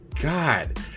God